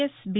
S B